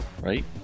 Right